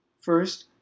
First